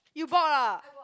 you bought ah